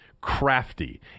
crafty